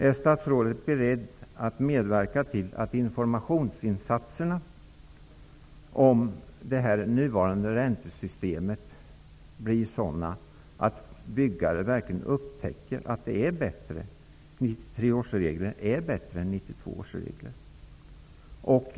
Är statsrådet beredd att medverka till att informationsinsatserna vad gäller det nuvarande räntesystemet blir sådana att byggare verkligen upptäcker att 1993 års regler är bättre än 1992 års regler?